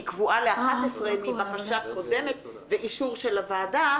היא קבועה ל-11:00 מבקשה קודמת באישור של הוועדה